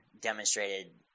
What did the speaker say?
demonstrated